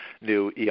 new